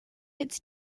its